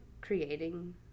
creating